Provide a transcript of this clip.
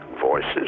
Voices